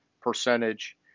percentage